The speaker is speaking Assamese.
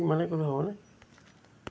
ইমানেই ক'লোঁ হ'বনে